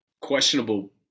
questionable